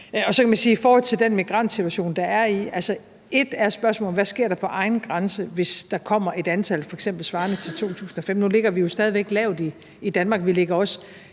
til at diskutere. I forhold til den migrantsituation, der er, kan man sige, at et er spørgsmålet om, hvad der sker på egen grænse, hvis der kommer et antal, f.eks. svarende til 2015. Nu ligger vi jo stadig væk lavt i Danmark. Vi ligger også